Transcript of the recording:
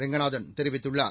ரெங்கநாதன் தெரிவித்துள்ளார்